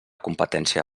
competència